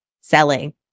selling